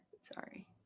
Sorry